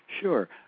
Sure